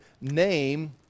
name